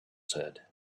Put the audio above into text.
said